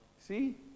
See